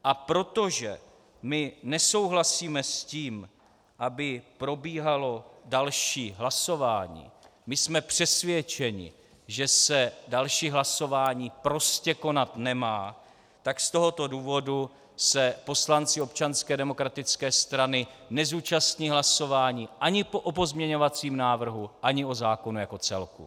A protože my nesouhlasíme s tím, aby probíhalo další hlasování, my jsme přesvědčeni, že se další hlasování prostě konat nemá, tak z tohoto důvodu se poslanci Občanské demokratické strany nezúčastní hlasování ani o pozměňovacím návrhu ani o zákonu jako celku.